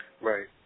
Right